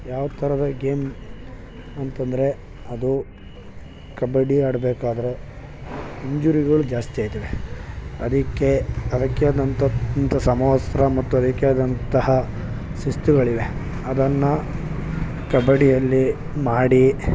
ಯಾವ ಥರದ ಗೇಮ್ ಅಂತಂದರೆ ಅದು ಕಬಡ್ಡಿ ಆಡಬೇಕಾದ್ರೆ ಇಂಜುರಿಗಳು ಜಾಸ್ತಿ ಆಗ್ತದೆ ಅದಕ್ಕೆ ಅದಕ್ಕೇ ಆದಂಥ ಇಂಥ ಸಮವಸ್ತ್ರ ಮತ್ತು ಅದಕ್ಕೆ ಆದಂತಹ ಶಿಸ್ತುಗಳಿವೆ ಅದನ್ನು ಕಬಡ್ಡಿಯಲ್ಲಿ ಮಾಡಿ